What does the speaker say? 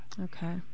Okay